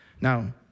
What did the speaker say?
Now